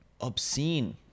obscene